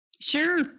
Sure